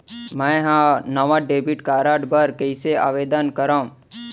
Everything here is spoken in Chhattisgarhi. मै हा नवा डेबिट कार्ड बर कईसे आवेदन करव?